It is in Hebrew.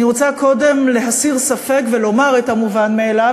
אני רוצה קודם להסיר ספק ולומר את המובן מאליו,